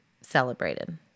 celebrated